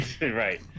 Right